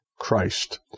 Christ